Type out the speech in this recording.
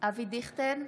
אבי דיכטר,